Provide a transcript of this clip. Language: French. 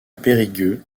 périgueux